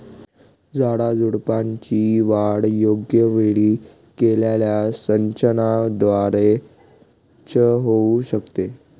झाडाझुडपांची वाढ योग्य वेळी केलेल्या सिंचनाद्वारे च होऊ शकते